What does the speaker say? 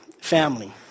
family